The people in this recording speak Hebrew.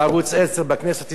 וחייבים להתייצב.